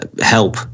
help